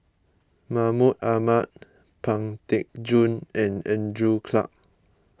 Mahmud Ahmad Pang Teck Joon and Andrew Clarke